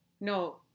No